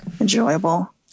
enjoyable